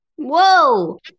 Whoa